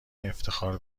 افتخار